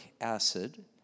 acid